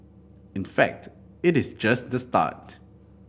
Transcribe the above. in fact it is just the start